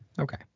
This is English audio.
Okay